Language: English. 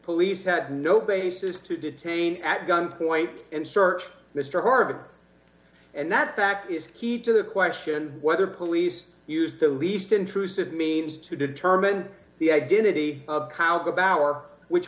police had no basis to detain at gunpoint and search mr harvey and that fact is key to the question of whether police used the least intrusive means to determine the identity of